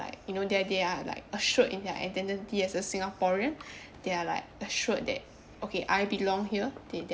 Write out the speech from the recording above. like you know that they are like assured in their identity as a singaporean they are like assured that okay I belong here they